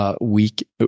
week